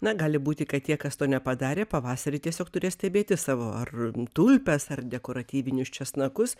na gali būti kad tie kas to nepadarė pavasarį tiesiog turės stebėti savo ar tulpes ar dekoratyvinius česnakus